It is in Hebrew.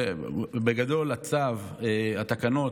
בגדול, הצו, התקנות